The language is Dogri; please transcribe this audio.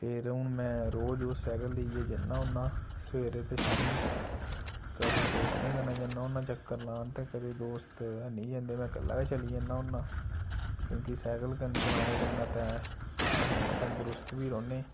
फिर हून में रोज ओह् सैकल लेइयै जन्ना होन्ना सबेरे ते शामी कदै दोस्तें कन्नै जन्ना होन्ना चक्कर लान ते कदै दोस्त हैनी जंदे में कल्ला गै चली जन्ना होन्ना क्योंकि सैकल चलाने कन्नै ते अस तंदरुस्त बी रौह्ने